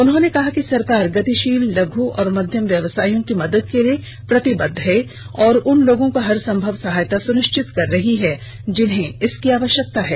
उन्होंने कहा कि सरकार गतिशील लघु और मध्यम व्यवसायों की मदद के लिए प्रतिबद्ध है और उन लोगों को हर संभव सहायता सुनिश्चित कर रही है जिन्हें इसकी आवश्यकता है